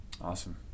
Awesome